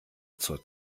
zur